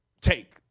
take